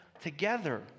together